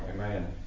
Amen